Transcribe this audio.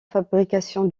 fabrication